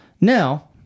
Now